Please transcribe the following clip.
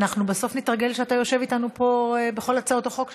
אנחנו בסוף נתרגל שאתה יושב איתנו פה בכל הצעות החוק שלך.